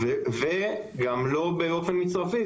וגם לא באופן מצרפי.